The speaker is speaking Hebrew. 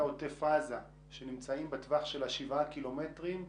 עוטף עזה שנמצאים בטווח של 7 ק"מ?